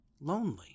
lonely